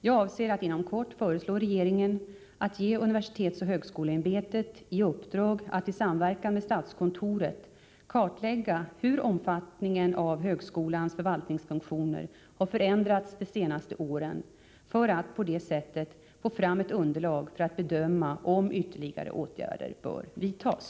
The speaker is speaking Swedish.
Jag avser att inom kort föreslå regeringen att ge universitetsoch högskoleämbetet i uppdrag att, i samverkan med statskontoret, kartlägga hur omfattningen av högskolans förvaltningsfunktioner har förändrats de senaste åren, för att på det sättet få fram ett underlag för att bedöma om ytterligare åtgärder bör vidtas.